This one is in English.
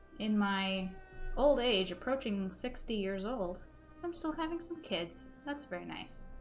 in my old age approaching sixty years old i'm still having some kids that's very nice